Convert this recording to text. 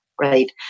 right